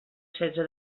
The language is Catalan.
setze